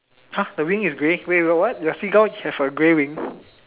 !huh! the wing is grey wait what what the seagull have a grey wing